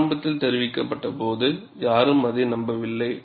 ஆரம்பத்தில் தெரிவிக்கப்பட்டபோது யாரும் அதை நம்பவில்லை